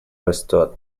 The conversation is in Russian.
растет